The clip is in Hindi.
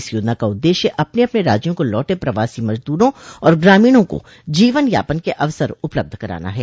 इस योजना का उद्देश्य अपने अपने राज्यों को लौटे प्रवासी मजदूरों और ग्रामीणों को जीवन यापन के अवसर उपलब्ध कराना है